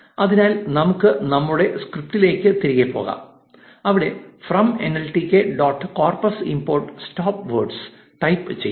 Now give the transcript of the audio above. അതിനാൽ നമുക്ക് നമ്മുടെ സ്ക്രിപ്റ്റിലേക്ക് തിരികെ പോകാം അവിടെ 'from NLTK dot corpus import stop words' type ചെയ്യാം